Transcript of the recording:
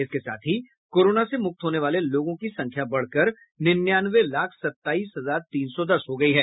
इसके साथ ही कोरोना से मुक्त होने वाले लोगों की संख्या बढकर निनयानवे लाख सत्ताईस हजार तीन सौ दस हो गई है